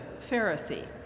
Pharisee